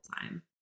time